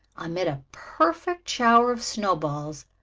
amid a perfect shower of snowballs,